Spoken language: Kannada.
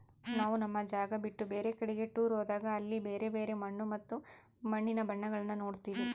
ನಾವು ನಮ್ಮ ಜಾಗ ಬಿಟ್ಟು ಬೇರೆ ಕಡಿಗೆ ಟೂರ್ ಹೋದಾಗ ಅಲ್ಲಿ ಬ್ಯರೆ ಬ್ಯರೆ ಮಣ್ಣು ಮತ್ತೆ ಮಣ್ಣಿನ ಬಣ್ಣಗಳನ್ನ ನೋಡ್ತವಿ